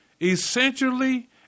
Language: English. essentially